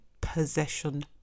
possession